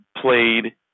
played